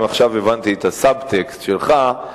אם עכשיו הבנתי את הסבטקסט שלך,